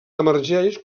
emergeix